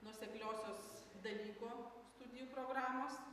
nuosekliosios dalyko studijų programos